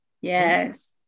Yes